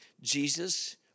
Jesus